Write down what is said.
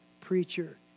preacher